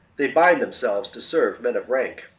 they bind themselves to serve men of rank,